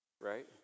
Right